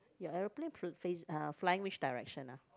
your aeroplane f~ face uh flying which direction ah